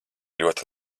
ļoti